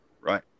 right